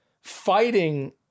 fighting